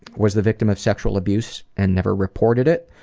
was the victim of sexual abuse and never reported it.